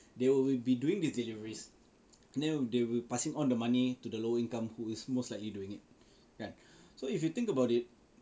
they will will be doing this deliveries and then they will passing on the money to the lower income who is most likely doing it kan so if you think about it